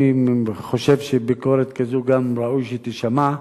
אני חושב שביקורת כזאת ראוי שהיא תישמע,